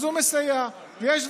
אז הוא מסייע,